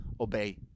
Obey